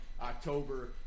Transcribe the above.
October